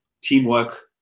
teamwork